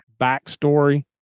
backstory